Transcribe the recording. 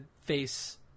face